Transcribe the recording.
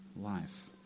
life